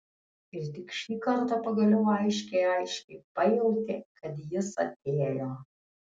ir tik šį kartą pagaliau aiškiai aiškiai pajautė kad jis atėjo